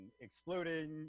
exploding